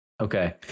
Okay